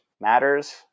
matters